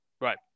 Right